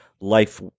life